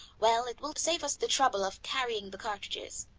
well, it will save us the trouble of carrying the cartridges,